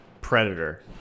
predator